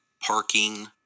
parking